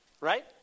right